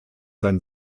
sein